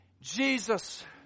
Jesus